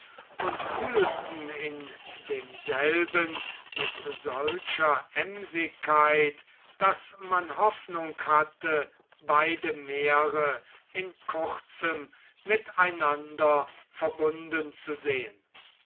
und wühlten in demselben mit solcher emsigkeit daß man hoffnung hatte beide meere in kurzem mit einander verbunden zu sehen